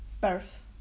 birth